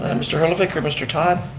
and mr. hullervich or mr. todd?